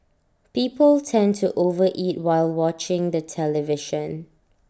people tend to over eat while watching the television